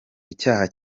icyaha